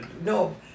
no